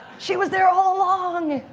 she was there all along.